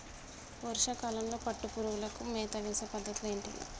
వర్షా కాలంలో పట్టు పురుగులకు మేత వేసే పద్ధతులు ఏంటివి?